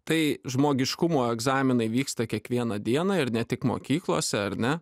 tai žmogiškumo egzaminai vyksta kiekvieną dieną ir ne tik mokyklose ar ne